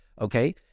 okay